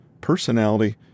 personality